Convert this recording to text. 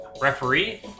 referee